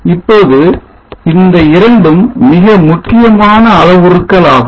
இப்போது இந்த இரண்டும் மிக முக்கியமான அளவுருக்கள் ஆகும்